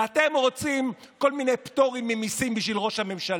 ואתם רוצים כל מיני פטורים ממיסים בשביל ראש הממשלה.